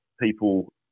people